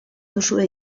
duzue